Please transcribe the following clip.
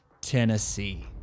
Tennessee